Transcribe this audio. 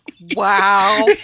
Wow